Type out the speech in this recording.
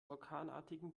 orkanartigen